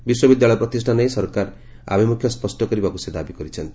ବିଶ୍ୱବିଦ୍ୟାଳୟ ପ୍ରତିଷ୍ଷା ନେଇ ସରକାର ଆଭିମୁଖ୍ୟ ସ୍କଷ କରିବାକୁ ସେ ଦାବି କରିଛନ୍ତି